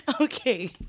Okay